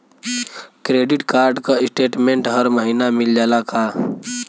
Credit card क statement हर महिना मिल जाला का?